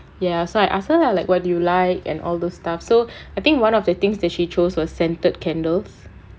ya so I ask her lah like what do you like and all those stuff so I think one of the things that she chose was scented candles